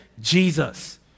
Jesus